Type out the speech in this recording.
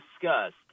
discussed